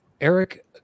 Eric